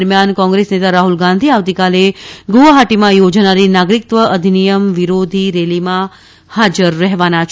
દરમિયાન કોંગ્રેસ નેતા રાહ્લ ગાંધી આવતીકાલે ગુવાહાટીમાં યોજાનારી નાગરિકત્વ અધિનિયમ વિરોધી રેલીમાં હાજર રહેવાના છે